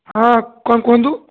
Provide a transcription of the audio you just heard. ହଁ କ'ଣ କୁହନ୍ତୁ